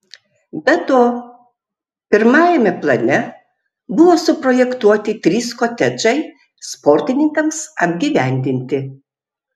be to pirmajame plane buvo suprojektuoti trys kotedžai sportininkams apgyvendinti